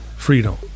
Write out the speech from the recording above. freedom